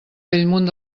bellmunt